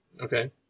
Okay